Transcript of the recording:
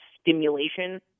stimulation